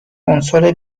عنصر